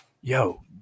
Yo